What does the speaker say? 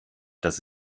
das